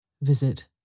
Visit